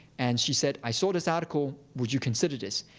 and she said, i saw this article. would you consider this?